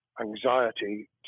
anxiety